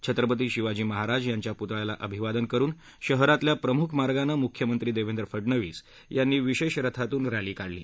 छत्रपती शिवाजी महाराज यांच्या पुतळ्याला अभिवादन करून शहरातल्या प्रमुख मार्गाने मुख्यमंत्री देवेंद्र फडणवीस यांनी विशेष रथातून रॅली काढली